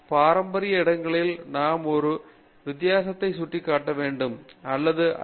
பாரம்பரிய இடங்களில் நாம் ஒரு வித்தியாசத்தை சுட்டிக்காட்ட வேண்டும் அல்லது ஐ